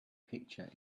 picture